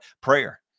prayer